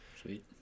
Sweet